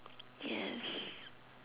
yes